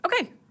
Okay